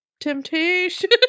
temptation